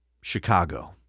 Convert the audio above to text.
Chicago